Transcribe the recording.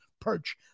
perch